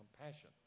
compassion